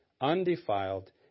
undefiled